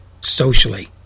socially